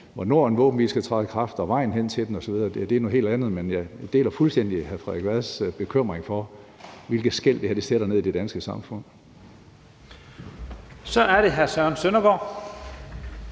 hvornår en våbenhvile skal træde i kraft, vejen hen til den osv., er noget helt andet. Men jeg deler fuldstændig hr. Frederik Vads bekymring for, hvilke skel det her sætter i det danske samfund. Kl. 10:30 Første næstformand